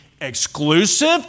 exclusive